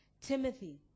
Timothy